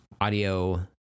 Audio